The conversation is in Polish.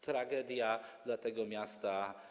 To tragedia dla tego miasta.